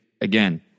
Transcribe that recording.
again